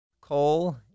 Coal